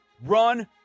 Run